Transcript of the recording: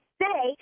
say